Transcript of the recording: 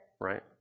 right